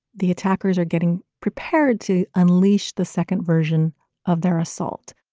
the attackers are getting prepared to unleash the second version of their assault.